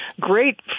great